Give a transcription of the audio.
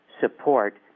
support